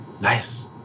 Nice